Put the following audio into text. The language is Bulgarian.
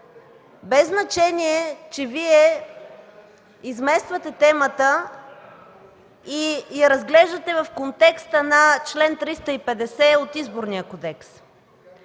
без значение, че Вие измествате темата и я разглеждате в контекста на чл. 350 от Изборния кодекс.